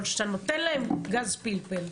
אבל כשאתה נותן להם גז פלפל,